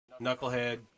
Knucklehead